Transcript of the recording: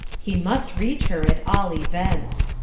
he must reach her at all events.